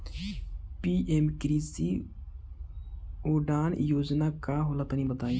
PM कृषि उड़ान योजना का होला तनि बताई?